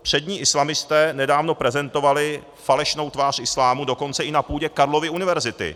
Přední islamisté nedávno prezentovali falešnou tvář islámu dokonce i na půdě Karlovy univerzity.